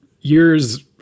years